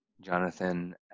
Jonathan